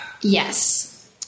Yes